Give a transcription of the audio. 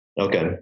Okay